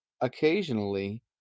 occasionally